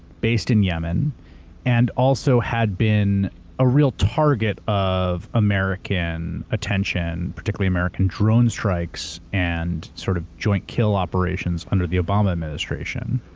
based in yemen and also had been a real target of american attention, particularly american drone strikes and sort of joint-kill operations under the obama administration.